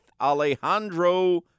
Alejandro